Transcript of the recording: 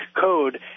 code